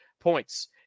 points